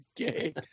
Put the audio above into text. okay